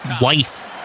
wife